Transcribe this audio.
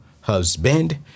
husband